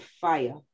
fire